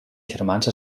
germans